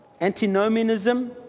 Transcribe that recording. Antinomianism